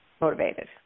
motivated